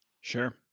Sure